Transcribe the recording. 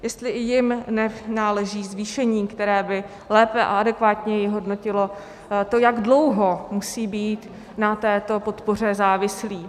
Jestli i jim nenáleží zvýšení, které by lépe a adekvátněji hodnotilo to, jak dlouho musí být na této podpoře závislí.